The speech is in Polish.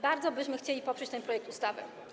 Bardzo byśmy chcieli poprzeć ten projekt ustawy.